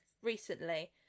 recently